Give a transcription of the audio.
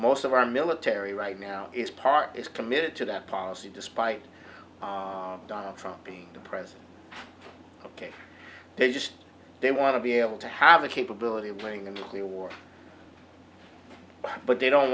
most of our military right now is part is committed to that policy despite donald trump being the president ok they just they want to be able to have the capability of playing a nuclear war but they don't